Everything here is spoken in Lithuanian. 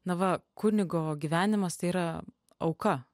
na va kunigo gyvenimas tai yra auka